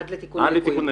עד לתיקון הליקויים.